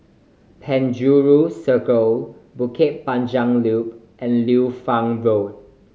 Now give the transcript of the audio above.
Penjuru Circle Bukit Panjang Loop and Liu Fang Road